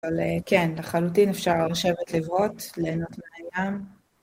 אבל כן, לחלוטין אפשר לשבת לבהות, ליהנות מהעניין.